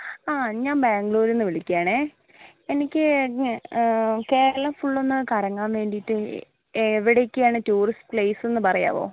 ആ ഞാൻ ബാംഗ്ളൂരിൽ നിന്ന് വിളിക്കയാണ് എനിക്ക് കേരളം ഫുള്ളൊന്ന് കറങ്ങാൻ വേണ്ടിയിട്ട് എവിടൊക്കെയാണ് ടൂറിസ്റ്റ് പ്ലേസെന്ന് പറയാമോ